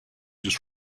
just